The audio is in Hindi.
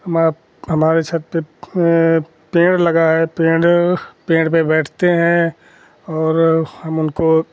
हमारी छत पर पेड़ लगा है पेड़ पेड़ पर बैठते हैं और हम उनको